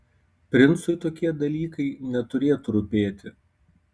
princui tokie dalykai neturėtų rūpėti